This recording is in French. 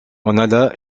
alla